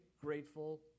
grateful